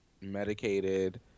medicated